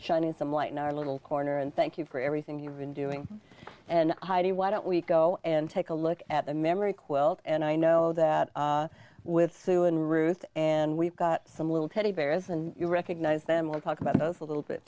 shining some light in our little corner and thank you for everything you've been doing and heidi why don't we go and take a look at the memory quilt and i know that with sue and ruth and we've got some little teddy bears and you recognize them we'll talk about those a little bit